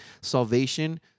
salvation